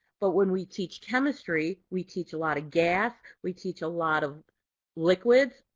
but when we teach chemistry, we teach a lot of gas, we teach a lot of liquids.